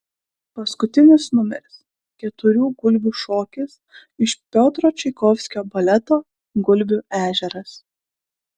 paskutinis numeris keturių gulbių šokis iš piotro čaikovskio baleto gulbių ežeras